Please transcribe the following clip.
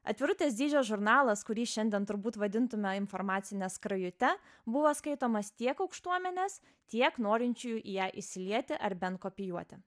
atvirutės dydžio žurnalas kurį šiandien turbūt vadintume informacine skrajute buvo skaitomas tiek aukštuomenės tiek norinčiųjų į ją įsilieti ar bent kopijuoti